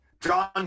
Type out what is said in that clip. John